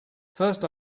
first